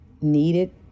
needed